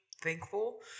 thankful